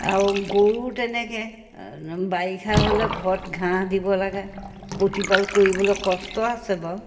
আৰু গৰু তেনেকৈ বাৰিষা হ'লে ঘৰত ঘাঁহ দিব লাগে প্ৰতিপাল কৰিবলৈ কষ্ট আছে বাৰু